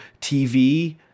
TV